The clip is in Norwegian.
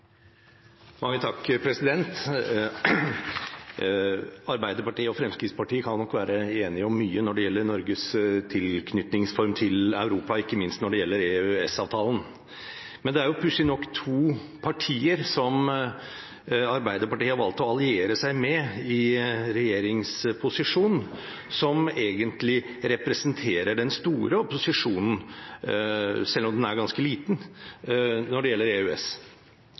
Fremskrittspartiet kan nok være enige om mye når det gjelder Norges tilknytningsform til Europa, ikke minst når det gjelder EØS-avtalen. Men det er jo pussig nok to partier Arbeiderpartiet har valgt å alliere seg med i regjeringsposisjon, som egentlig representerer den store opposisjonen – selv om den er ganske liten – når det gjelder EØS.